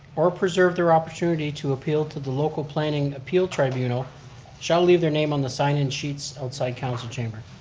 or preserve their opportunity to appeal to the local planning appeal tribunal shall leave their name on the sign-in sheets outside council chamber.